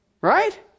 Right